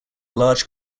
large